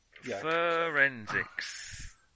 Forensics